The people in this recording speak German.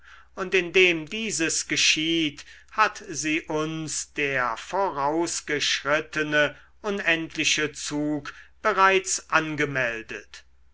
und indem dieses geschieht hat sie uns der vorausgeschrittene unendliche zug bereits angemeldet